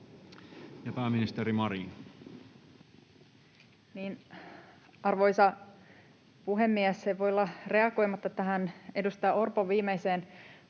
Content: Arvoisa puhemies! En voi olla reagoimatta tähän edustaja Orpon viimeiseen puheenvuoroon.